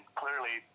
clearly